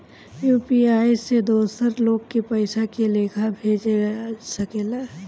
UPI से दोसर लोग के पइसा के लेखा भेज सकेला?